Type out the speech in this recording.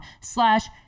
slash